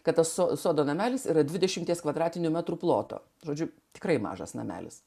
kad su sodo namelis yra dvidėšimties kvadratinių metrų ploto žodžiu tikrai mažas namelis